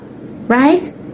right